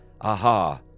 Aha